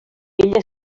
ella